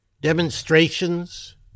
Demonstrations